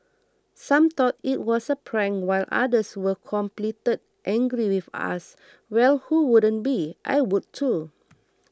some thought it was a prank while others were completed angry with us well who wouldn't be I would too